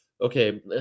Okay